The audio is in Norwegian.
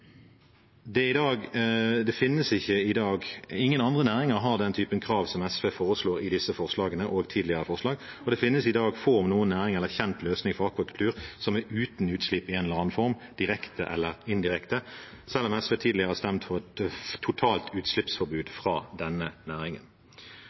det finnes i dag få, om noen, næring eller kjent løsning for akvakultur som er uten utslipp i en eller annen form, direkte eller indirekte, selv om SV tidligere har stemt for et totalt utslippsforbud